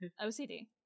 OCD